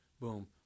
boom